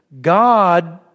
God